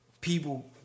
people